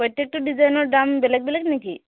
প্ৰত্যেকটো ডিজাইনৰ দাম বেলেগ বেলেগ নেকি